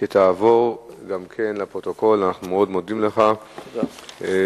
חבר הכנסת יעקב כץ שאל את שר לביטחון פנים ביום